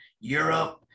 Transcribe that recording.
Europe